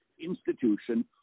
institution